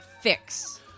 fix